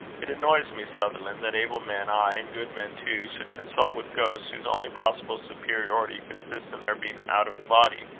it annoys me, sutherland, that able men, ay, and good men too, should consult with ghosts whose only possible superiority consists in their being out of the body.